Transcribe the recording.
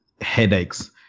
headaches